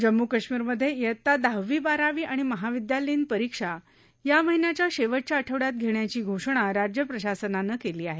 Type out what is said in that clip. जम्मू कश्मीरमधे इयत्ता दहावी बारावी आणि महाविद्यालयीन परीक्षा या महिन्याच्या शेवटच्या आठवड्यात घेण्याची घोषणा राज्य प्रशासनानं केली आहे